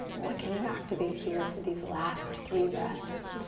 what can you activate here for these last three breaths?